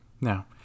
Now